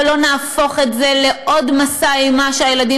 ולא נהפוך את זה לעוד מסע אימה שהילדים